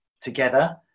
together